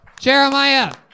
Jeremiah